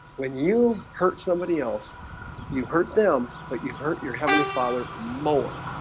when you hurt somebody else you hurt them, but you hurt your heavenly father more